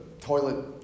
toilet